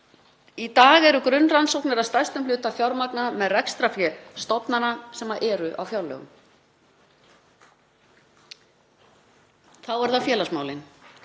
Í dag eru grunnrannsóknir að stærstum hluta fjármagnaðar með rekstrarfé stofnana sem eru á fjárlögum. Þá eru það félagsmálin.